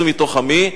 צאו מתוך עמי,